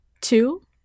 two